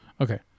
Okay